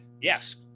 yes